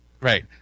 Right